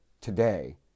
today